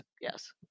yes